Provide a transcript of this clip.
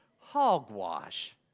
Hogwash